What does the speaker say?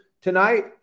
tonight